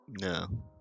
No